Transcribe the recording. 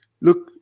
Look